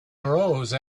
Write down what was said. arose